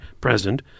present